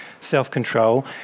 self-control